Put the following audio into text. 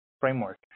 framework